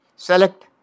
Select